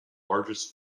largest